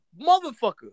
motherfucker